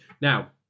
now